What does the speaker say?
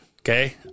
okay